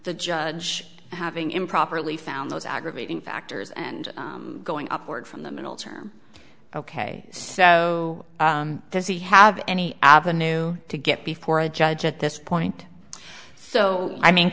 the judge having improperly found those aggravating factors and going upward from the middle term ok so does he have any avenue to get before a judge at this point so i mean